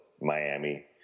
Miami